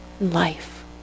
Life